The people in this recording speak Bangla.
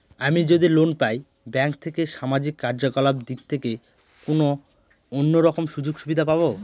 আমি যদি লোন পাই ব্যাংক থেকে সামাজিক কার্যকলাপ দিক থেকে কোনো অন্য রকম সুযোগ সুবিধা পাবো?